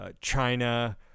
China